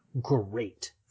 great